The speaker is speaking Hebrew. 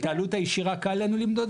את העלות הישירה קל לנו למדוד,